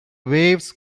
waves